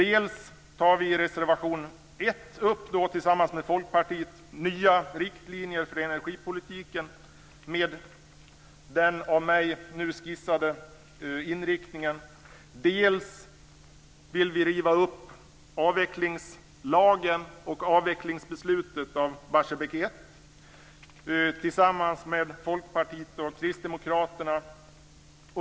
I reservation 1 tar vi, tillsammans med Folkpartiet, upp nya riktlinjer för energipolitiken med den av mig nu skissade inriktningen. Och vi vill riva upp avvecklingslagen och beslutet om avveckling av Barsebäck 1 tillsammans med Folkpartiet och Kristdemokraterna.